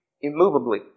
immovably